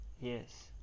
Yes